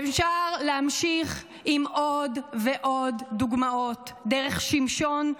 אפשר להמשיך בעוד ועוד דוגמאות, דרך שמשון,